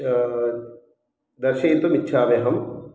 श दर्शयितुमिच्छामि अहं